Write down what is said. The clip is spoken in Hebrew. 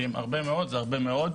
הרבה מאוד זה הרבה מאוד.